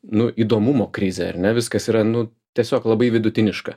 nu įdomumo krizę ar ne viskas yra nu tiesiog labai vidutiniška